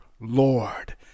Lord